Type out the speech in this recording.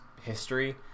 history